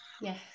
yes